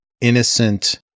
innocent